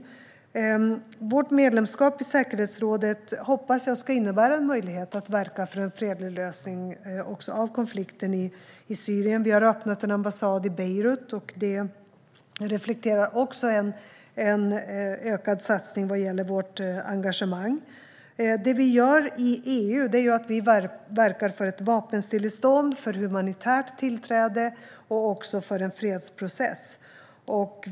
Jag hoppas att vårt medlemskap i säkerhetsrådet ska innebära en möjlighet att verka för en fredlig lösning av konflikten i Syrien. Vi har öppnat en ambassad i Beirut. Det reflekterar också en ökad satsning vad gäller vårt engagemang. Det vi gör i EU är att vi verkar för ett vapenstillestånd för humanitärt tillträde och också för en fredsprocess.